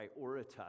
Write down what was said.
prioritize